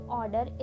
order